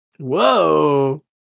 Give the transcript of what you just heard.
Whoa